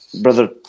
Brother